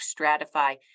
stratify